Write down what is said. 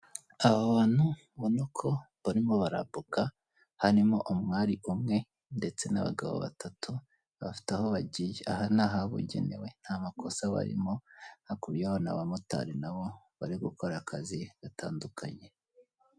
Aba bantu ubona ko barimo barambuka harimo umwari umwe ndetse n'abagabo batatu bafite aho bagiye aha ni ahabugenewe ntamakosa barimo hakurya urahabona abamotari nabo bari gukora akazi gatandukanye.